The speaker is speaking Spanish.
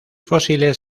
fósiles